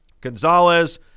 Gonzalez